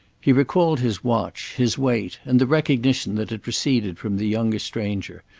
he recalled his watch, his wait, and the recognition that had proceeded from the young stranger,